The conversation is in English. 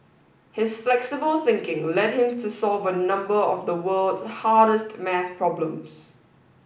his flexible thinking led him to solve a number of the world's hardest maths problems